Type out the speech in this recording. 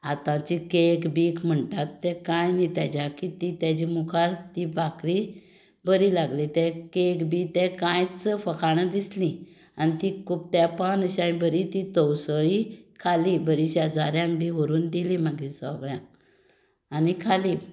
आतांची कॅक बीक म्हणटात तें कांय न्हय ती ताच्या मुखार भाकरी बरी लागली कॅक बी तें कांयच फकाणां दिसलीं आनी ती खूब तेंपान अशी हांवें बरी ती तळसळी खाली बरी शेजाऱ्यांक बी व्हरून दिली मागीर सगळ्यांक आनी खाली